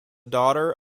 daughter